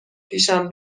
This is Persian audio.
پیشم